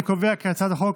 אני קובע כי הצעת החוק